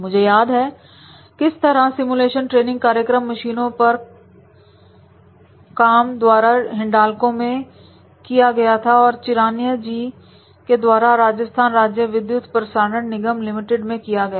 मुझे याद है कि किस तरह सिमुलेशन ट्रेनिंग कार्यक्रम मशीनों पर खान जी द्वारा हिंडालको में किया गया था और चिरानिया जी के द्वारा राजस्थान राज्य विद्युत प्रसारण निगम लिमिटेड में किया गया